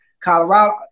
Colorado